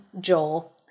Joel